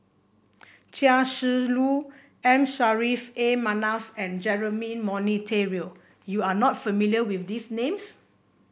Chia Shi Lu M Saffri A Manaf and Jeremy Monteiro you are not familiar with these names